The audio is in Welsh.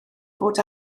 fod